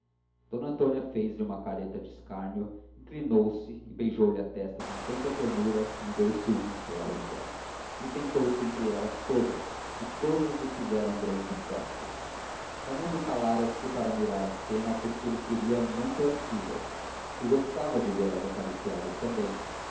d antônia fez-lhe uma careta de escárnio inclinou-se e beijou-lhe a testa com tanta ternura que me deu ciúmes pela outra e sentou-se entre elas todas e todas lhe fizeram grande festa raimundo calara se para mirar a cena porque ele queria muito às filhas e gostava devê las acariciadas também